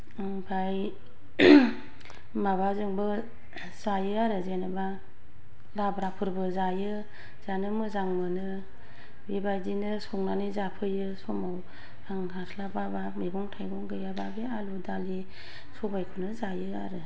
ओमफाय माबाजोंबो जायो आरो जेनेबा लाब्राफोरबो जायो जानो मोजां मोनो बेबादिनो संनानै जाफैयो समाव आं हास्लाबाबा मैगं थाइगं गैयाबा बे आलु दालि सबायखौनो जायो आरो